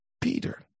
Peter